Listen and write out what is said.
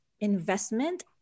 investment